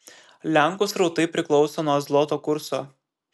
lenkų srautai priklauso nuo zloto kurso